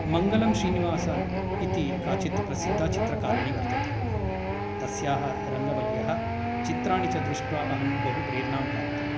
मङ्गलं श्रीनिवासन् इति काचित् प्रसिद्धा चित्रकारिणी वर्तते तस्याः रङ्गवल्यः चित्राणि च दृष्ट्वा अहं प्रेरणां प्राप्तवान्